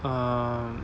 um